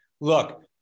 look